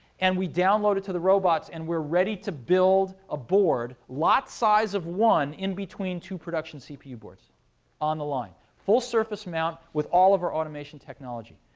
and we download it to the robots. and we're ready to build a board, lot size of one, in-between two production cpu boards um the line, full surface mount with all of our automation technology.